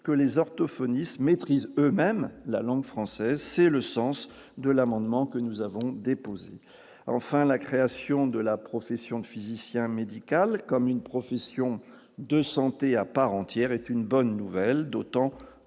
que les orthophonistes maîtrisent eux-mêmes la langue française, c'est le sens de l'amendement que nous avons déposée, enfin la création de la profession de physicien médical comme une profession de santé à part entière, est une bonne nouvelle, d'autant